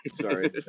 Sorry